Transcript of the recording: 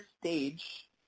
stage